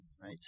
right